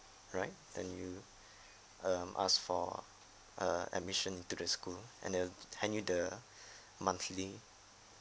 right then you um ask for err admission into the school and they'll hand you the monthly